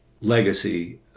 legacy